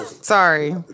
Sorry